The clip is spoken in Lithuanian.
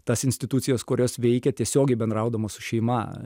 tas institucijas kurios veikia tiesiogiai bendraudamos su šeima